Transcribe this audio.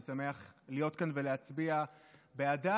אני שמח להיות כאן ולהצביע בעדה.